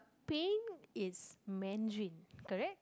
peng is Mandarin correct